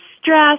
stress